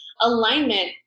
Alignment